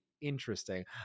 interesting